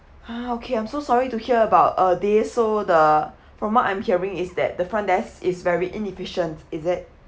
ah okay I'm so sorry to hear about uh this so the from what I'm hearing is that the front desk is very inefficient is it